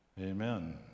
Amen